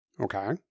Okay